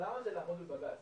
למה זה לעמוד בבג"ץ?